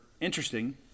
interesting